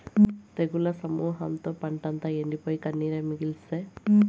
తెగుళ్ల సమూహంతో పంటంతా ఎండిపోయి, కన్నీరే మిగిల్సే